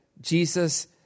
Jesus